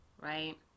right